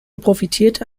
profitierte